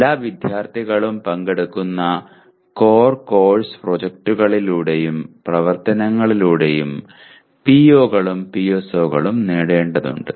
എല്ലാ വിദ്യാർത്ഥികളും പങ്കെടുക്കുന്ന കോർ കോഴ്സ് പ്രോജക്ടിലൂടെയും പ്രവർത്തനങ്ങളിലൂടെയും പിഒകളും പിഎസ്ഒകളും നേടേണ്ടതുണ്ട്